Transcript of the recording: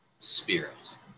spirit